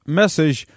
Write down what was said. message